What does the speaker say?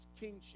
kingship